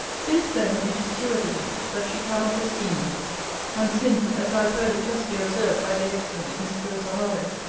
since, then, it is too evident, that she cannot esteem me and since, as i have heard it justly observed by the excellent miss clarissa harlowe,